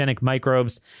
microbes